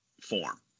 form